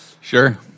Sure